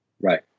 Right